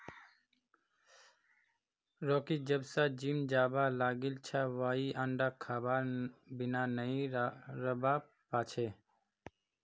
Rocky जब स gym जाबा लागिल छ वइ अंडा खबार बिनइ नी रहबा पा छै